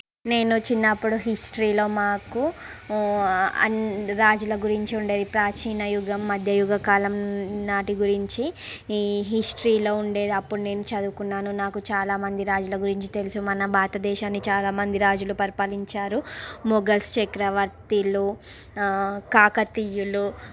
నేను చిన్నప్పుడు హిస్టరీలో మాకు అన్నీ రాజుల గురించి ఉండేది ప్రాచీన యుగం మధ్య యుగకాలం నాటి గురించి ఈ హిస్టరీలో ఉండేది అప్పుడు నేను చదువుకున్నాను నాకు చాలామంది రాజుల గురించి తెలుసు మన భారతదేశాన్ని చాలామంది రాజులు పరిపాలించారు మొగల్స్ చక్రవర్తులు కాకతీయులు